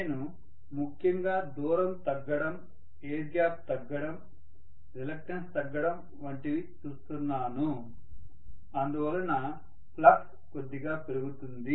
నేను ముఖ్యంగా దూరం తగ్గడం ఎయిర్ గ్యాప్ తగ్గడం రిలక్టన్స్ తగ్గడం వంటివి చూస్తున్నాను అందువలన ఫ్లక్స్ కొద్దిగా పెరుగుతుంది